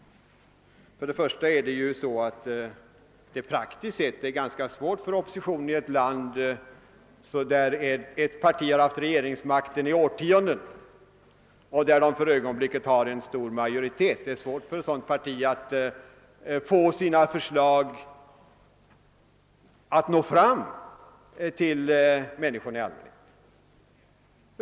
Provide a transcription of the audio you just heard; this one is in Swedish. Först och främst är det praktiskt sett ganska svårt för oppositionen i ett land, där ett parti har haft regeringsmakten i årtionden och för ögonblicket är i stor majoritet, att få sina förslag att nå fram till allmänheten.